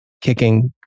kicking